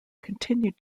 continued